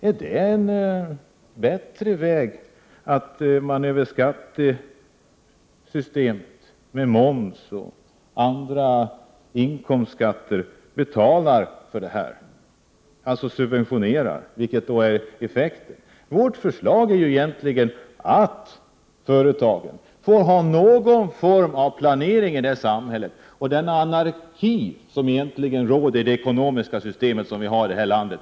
Är det en bättre väg att man över skattesystemet, med moms och andra inkomstskatter, betalar för olika åtgärder, dvs. subventionerar dem? Vårt förslag innebär egentligen att företagen skall vara för en form av samhällsplanering. Det råder en anarki i det ekonomiska system som vi har i det här landet.